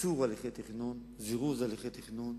קיצור הליכי תכנון, זירוז הליכי תכנון,